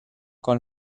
con